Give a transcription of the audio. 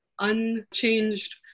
unchanged